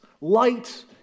light